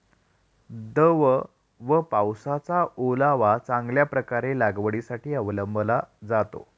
दव व पावसाचा ओलावा चांगल्या प्रकारे लागवडीसाठी अवलंबला जातो